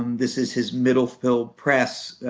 um this is his middle hill press,